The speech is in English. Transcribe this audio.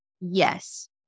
Yes